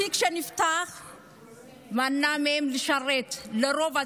התיק שנפתח מנע מהם לשרת, לרוב הצעירים.